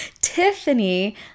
Tiffany